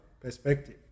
perspective